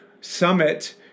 Summit